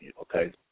Okay